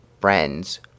friends